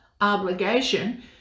obligation